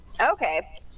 okay